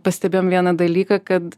pastebėjom vieną dalyką kad